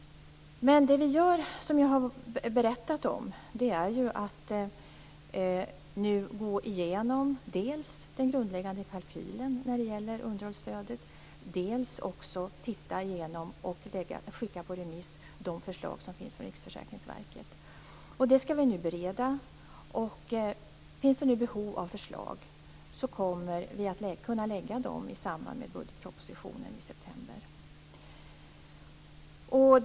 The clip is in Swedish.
Det vi gör, som jag har berättat om, är att dels gå igenom den grundläggande kalkylen när det gäller underhållsstödet, dels titta igenom och skicka förslagen från Riksförsäkringsverket på remiss. Vi skall nu bereda det. Om det finns behov av förslag kommer vi att kunna lägga fram dem i samband med budgetpropositionen i september.